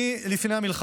אני, לפני המלחמה,